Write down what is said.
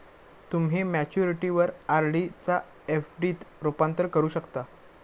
तुम्ही मॅच्युरिटीवर आर.डी चा एफ.डी त रूपांतर करू शकता